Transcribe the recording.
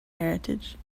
heritage